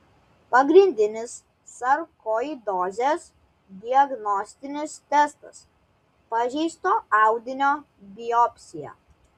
pagrindinis sarkoidozės diagnostinis testas pažeisto audinio biopsija